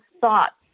thoughts